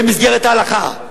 במסגרת ההלכה,